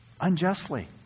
unjustly